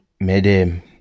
madam